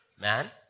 man